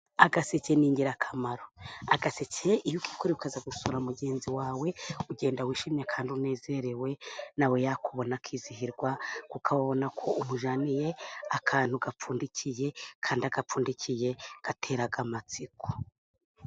Agaseke ni ingirakamaro. Agaseke iyo ukikoreye ukajya gusura mugenzi wawe, ugenda wishimye kandi unezerewe. Na we yakubona akizihirwa kuko aba abona ko umujyaniye akantu gapfundikiye, kandi agapfundikiye gatera amatsiko.